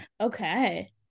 okay